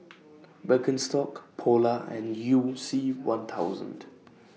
Birkenstock Polar and YOU C one thousand